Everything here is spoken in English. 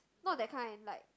not that kind like